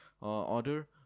order